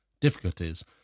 difficulties